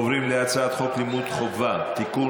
עוברים להצעת חוק הצעת חוק לימוד חובה (תיקון,